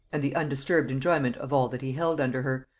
and the undisturbed enjoyment of all that he held under her,